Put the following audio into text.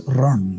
run